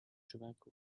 tobacco